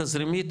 תזרימית,